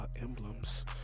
emblems